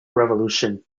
revolution